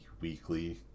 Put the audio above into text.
weekly